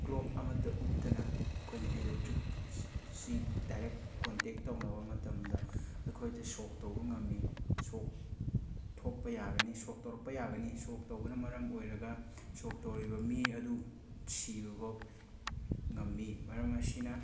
glove ꯑꯃꯠꯇ ꯎꯞꯇꯅ ꯑꯩꯈꯣꯏꯅ ꯑꯦꯂꯦꯛꯇ꯭ꯔꯤꯛꯁꯁꯤ ꯗꯥꯏꯔꯦꯛ ꯀꯣꯟꯇꯦꯛ ꯇꯧꯅꯕ ꯃꯇꯝꯗ ꯑꯩꯈꯣꯏꯗ ꯁꯣꯛ ꯇꯧꯕ ꯉꯝꯃꯤ ꯁꯣꯛ ꯊꯣꯛꯄ ꯌꯥꯒꯅꯤ ꯁꯣꯛ ꯇꯧꯔꯛꯄ ꯌꯥꯒꯅꯤ ꯁꯣꯛ ꯇꯧꯕꯅ ꯃꯔꯝ ꯑꯣꯏꯔꯒ ꯁꯣꯛ ꯇꯧꯔꯤꯕ ꯃꯤ ꯑꯗꯨ ꯁꯤꯕꯐꯥꯎ ꯉꯝꯃꯤ ꯃꯔꯝ ꯑꯁꯤꯅ